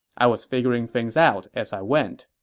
i was figuring things out as i went.